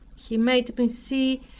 he made me see,